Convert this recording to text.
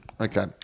Okay